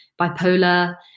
bipolar